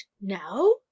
now